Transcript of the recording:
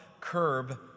curb